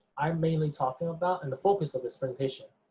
i'm mainly talking about and the focus of this presentation,